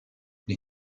les